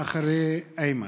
אחרי איימן.